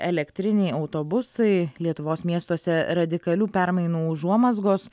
elektriniai autobusai lietuvos miestuose radikalių permainų užuomazgos